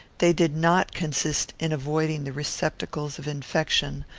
they did not consist in avoiding the receptacles of infection,